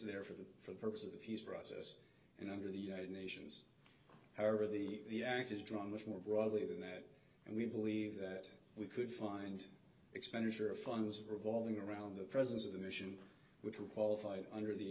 there for the for the purpose of the peace process and under the united nations however the act is drawn with more broadly than that and we believe that we could find expenditure of funds revolving around the presence of the mission which would qualify under the